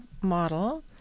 model